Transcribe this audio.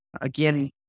again